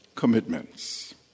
Commitments